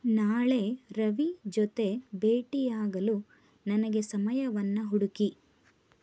ನಾಳೆ ರವಿ ಜೊತೆ ಭೇಟಿಯಾಗಲು ನನಗೆ ಸಮಯವನ್ನು ಹುಡುಕಿ